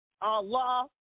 Allah